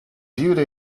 beauty